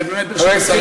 ובאמת ברשות,